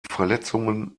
verletzungen